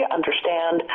understand